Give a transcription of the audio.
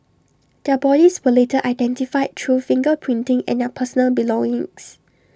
their bodies were later identified through finger printing and their personal belongings